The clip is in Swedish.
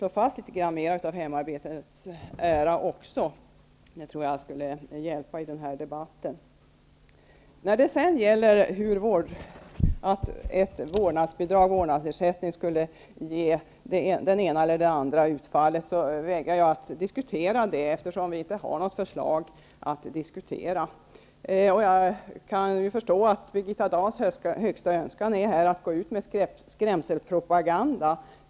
Jag tror att det skulle hjälpa i den här debatten om man slog fast litet mera av hemarbetets ära. Jag vägrar diskutera vilket utfall ett vårdnadsbidrag, en vårdnadsersättning, skulle ge, eftersom vi inte har något förslag att diskutera. Jag kan förstå att Birgitta Dahls högsta önskan är att gå ut med skrämselpropaganda.